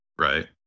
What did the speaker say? right